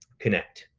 connect,